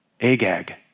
Agag